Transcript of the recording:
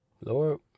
Lord